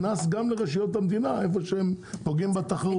קנס גם לרשויות המדינה איפה שהם פוגעים בתחרות.